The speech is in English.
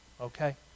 Okay